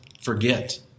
forget